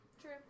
True